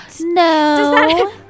No